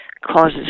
causes